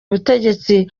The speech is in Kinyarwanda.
ubutegetsi